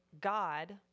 God